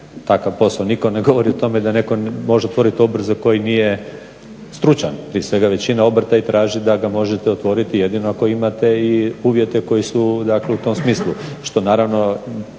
takav posao. Nitko ne govori o tome da netko može otvoriti obrt za koji nije stručan. Prije svega većina obrta i traži da ga možete otvoriti jedino ako imate i uvjete koji su dakle u tom smislu. Što naravno,